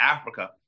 Africa